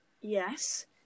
Yes